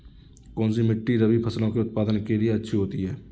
कौनसी मिट्टी रबी फसलों के उत्पादन के लिए अच्छी होती है?